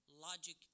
logic